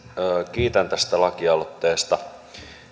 kiitän tästä lakialoitteesta